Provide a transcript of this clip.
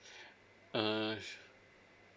err